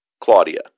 Claudia